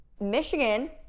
Michigan